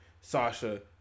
Sasha